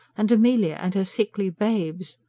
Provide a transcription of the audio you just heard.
and amelia and her sickly babes.